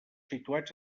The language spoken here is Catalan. situats